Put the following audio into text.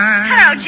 Hello